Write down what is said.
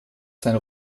sein